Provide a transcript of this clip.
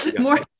more